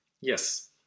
Yes